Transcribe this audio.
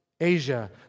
Asia